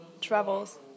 travels